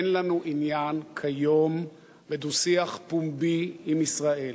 אין לנו עניין כיום בדו-שיח פומבי עם ישראל.